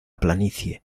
planicie